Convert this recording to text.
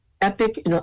EPIC